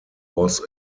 was